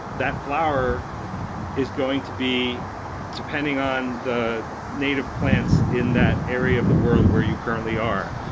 that flower is going to be depending on the native plants in that area of the world where you currently are.